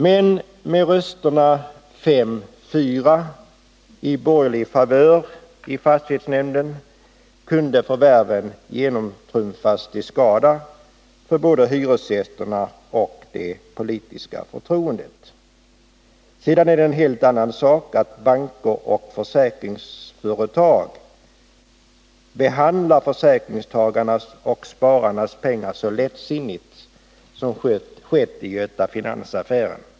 Men med rösterna fem mot fyra i borgerlig favör i fastighetshämnden kunde förvärven genomtrumfas, till skada för både hyresgästerna och det politiska förtroendet. Sedan är det en helt annan sak att banker och försäkringsföretag behandlar försäkringstagarnas och spararnas pengar så lättsinnigt som skett i Göta Finans-affären.